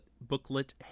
booklet